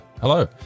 Hello